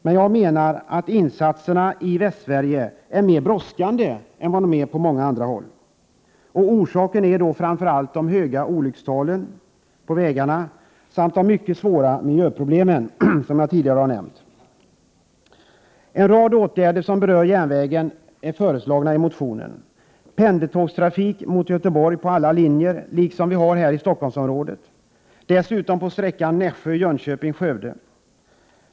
Men jag menar att insatserna är mer brådskande i Västsverige än på många andra håll. Orsaken är framför allt de höga olyckstalen när det gäller trafik på vägarna samt de mycket svåra miljöproblemen, som jag tidigare har nämnt. En rad åtgärder som berör järnvägen är föreslagna i motionerna. Pendeltågstrafik mot Göteborg på alla linjer föreslås — liksom vi har här i Stockholmsområdet — och dessutom på sträckan Nässjö-Jönköping-Skövde.